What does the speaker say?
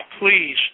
please